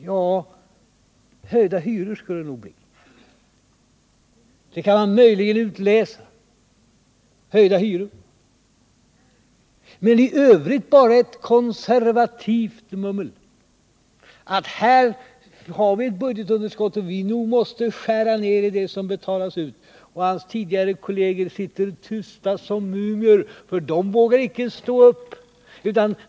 Jo, höjda hyror skall det nog bli — det kan man möjligen utläsa av herr Bohmans anförande. Men i övrigt är det bara ett konservativt mummel om att vi har ett budgetunderskott och att vi nog måste skära ned det som betalas ut. Gösta Bohmans tidigare regeringskolleger sitter tysta som mumier, för de vågar inte stå upp och protestera.